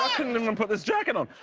couldn't even put this jacket on.